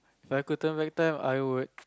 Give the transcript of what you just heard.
If I could turn back time I would